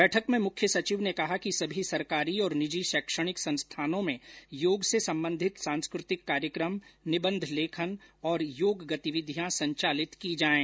बैठक में मुख्य सचिव ने कहा कि सभी सरकारी और निजी शैक्षणिक संस्थानों में योग से संबंधित सांस्कृतिक कार्यक्रम निबन्ध लेखन और योग गतिविधियां संचालित की जाएं